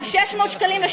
דבר אחד הם מבקשים,